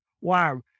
Wow